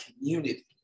community